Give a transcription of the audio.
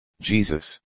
Jesus